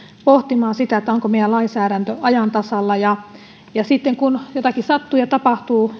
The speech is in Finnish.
pohtimaan sitä onko meidän lainsäädäntö ajan tasalla ja ja sitten kun jotakin traagista sattuu ja tapahtuu